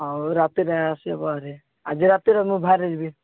ହଉ ରାତିରେ ଆସିବ ହେରେ ଆଜି ରାତିରେ ମୁଁ ବାହାରିଯିବି